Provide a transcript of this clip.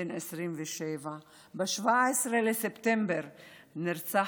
בן 27. ב-17 בספטמבר נרצח